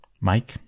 Mike